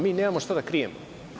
Mi nemamo šta da krijemo.